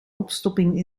opstopping